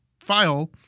file